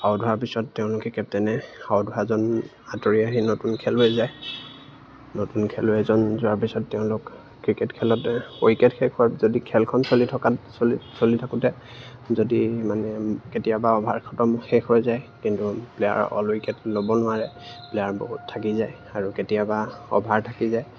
out হোৱাৰ পিছত তেওঁলোকে কেপ্টেইনে আউট হোৱাজন আঁতৰি আহি নতুন খেলুৱৈ যায় নতুন খেলুৱৈ এজন যোৱাৰ পিছত তেওঁলোক ক্ৰিকেট খেলতে উইকেট শেষ হোৱাৰ যদি খেলখন চলি থকাত চলি চলি থাকোঁতে যদি মানে কেতিয়াবা অভাৰ খতম শেষ হৈ যায় কিন্তু প্লেয়াৰ অল উইকেট ল'ব নোৱাৰে প্লেয়াৰ বহুত থাকি যায় আৰু কেতিয়াবা অভাৰ থাকি যায়